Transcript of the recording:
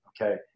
Okay